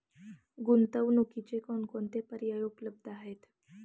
गुंतवणुकीचे कोणकोणते पर्याय उपलब्ध आहेत?